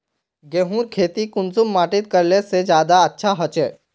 गेहूँर खेती कुंसम माटित करले से ज्यादा अच्छा हाचे?